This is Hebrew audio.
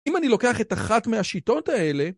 ‫אם אני לוקח את אחת מהשיטות האלה...